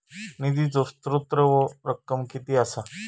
निधीचो स्त्रोत व रक्कम कीती असा?